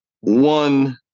One